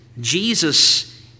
Jesus